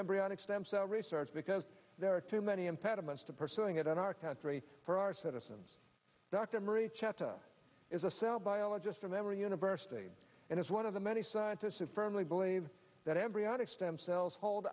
embryonic stem cell research because there are too many impediments to pursuing it in our country for our citizens dr marie chata is a cell biologist from emory university and is one of the many scientists who firmly believe that embryonic stem cells hold